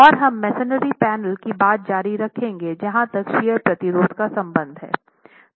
और हम masonry panel की बात जारी रखेंगे जहां तक शियर प्रतिरोध का संबंध है